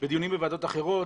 בדיונים בוועדות אחרות